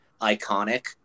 iconic